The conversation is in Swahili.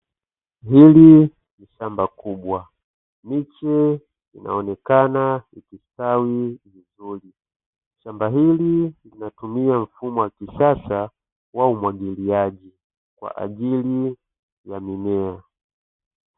Hili ni shamba kubwa miche inaonekana ikistawi vizuri, shamba hili linatumia mfumo wa kisasa wa umwagiliaji kwa ajili ya mimea.